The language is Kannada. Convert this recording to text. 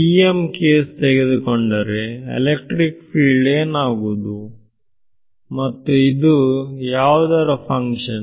TM ಕೇಸ್ ತೆಗೆದುಕೊಂಡರೆ ಎಲೆಕ್ಟ್ರಿಕ್ ಫೀಲ್ಡ್ ಏನಾಗುವುದು ಮತ್ತು ಇದು ಯಾವುದರ ಫಂಕ್ಷನ್